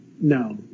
no